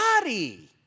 body